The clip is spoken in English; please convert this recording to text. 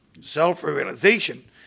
self-realization